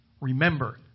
Remember